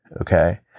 Okay